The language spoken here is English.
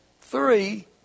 three